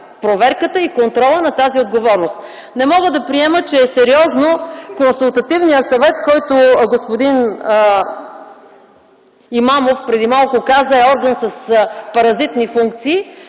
проверката и контрола на тази отговорност. Не мога да приема, че е сериозно Консултативният съвет, за който господин Имамов преди малко каза, че е орган с паразитни функции,